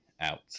out